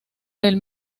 del